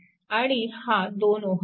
आणि हा 2Ω आहे